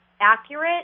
accurate